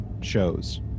shows